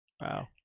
wow